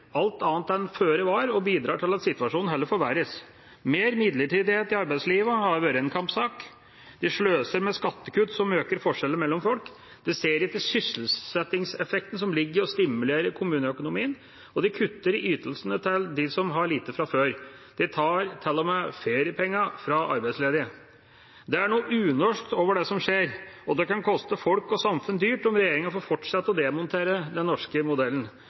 alt annet enn føre var, og bidrar til at situasjonen heller forverres: Mer midlertidighet i arbeidslivet har vært en kampsak, de sløser med skattekutt som øker forskjeller mellom folk, de ser ikke sysselsettingseffekten som ligger i å stimulere kommuneøkonomien, og de kutter i ytelsene til dem som har lite fra før. De tar til og med feriepengene fra arbeidsledige. Det er noe unorsk over det som skjer, og det kan koste folk og samfunn dyrt om regjeringa får fortsette å demontere den norske modellen.